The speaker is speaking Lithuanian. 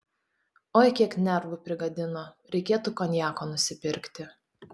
oi kiek nervų prigadino reikėtų konjako nusipirkti